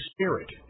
Spirit